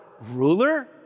ruler